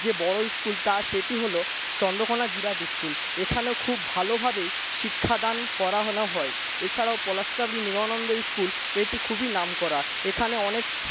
যে বড় স্কুল তা সেটি হল চন্দ্রকোনা জিরাট স্কুল এখানেও খুব ভালোভাবে শিক্ষাদান করান হয় এছাড়াও পলাসচাবরি নিগমানন্দ স্কুল এটি খুবই নামকরা এখানে অনেক